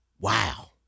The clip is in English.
Wow